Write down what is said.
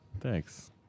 Thanks